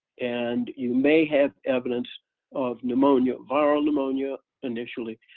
and you may have evidence of pneumonia, viral pneumonia initially,